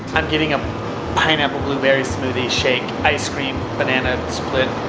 i'm getting a pineapple-blueberry smoothie shake ice cream banana split.